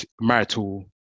marital